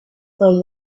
from